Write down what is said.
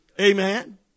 Amen